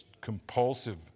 compulsive